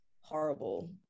horrible